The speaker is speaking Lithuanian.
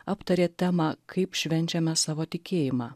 aptarė temą kaip švenčiame savo tikėjimą